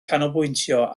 canolbwyntio